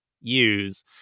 use